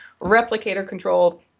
replicator-controlled